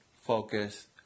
focus